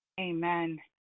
Amen